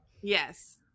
Yes